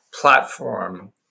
platform